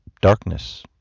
darkness